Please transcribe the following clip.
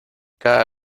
cada